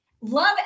Love